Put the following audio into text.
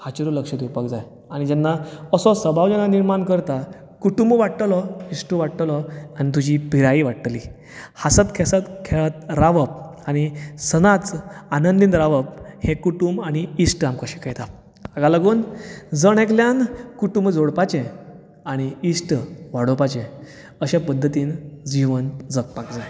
हाचूरूय लक्ष्य दिवपाक जाय आनी जेन्ना असो स्वभाव निर्माण करता कुटूंब वाडटलो इश्टूय वाडटलो आनी तुजी पिराय वाडटली हांसत खेसत खेळट रावप आनी सदांच आनंदीत रावप हें कुटूंब आनी इश्ट आमकां शिकयता हाका लागूनजण एकल्यान कुटूंब जोडपाचें आनी इश्ट वाडोवपाचे अशे पद्दतीन जीवन जगपाक जाय